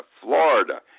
Florida